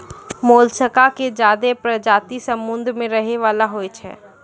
मोलसका के ज्यादे परजाती समुद्र में रहै वला होय छै